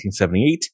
1978